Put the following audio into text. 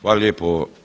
Hvala lijepo.